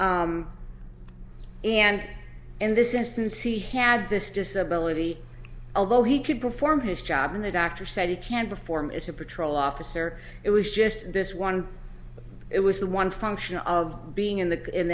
and in this instance he had this disability although he could perform his job when the doctor said he can't perform is a patrol officer it was just this one it was the one function of being in the in